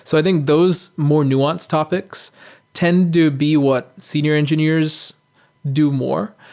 so i think those more nuanced topics tend to be what senior engineers do more.